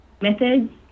methods